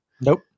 Nope